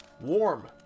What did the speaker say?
Warm